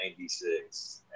96